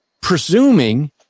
presuming